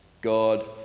God